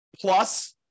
plus